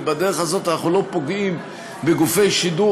ובדרך הזאת אנחנו לא פוגעים בגופי שידור